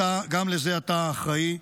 אתה אחראי.